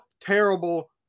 terrible